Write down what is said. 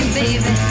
baby